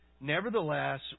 Nevertheless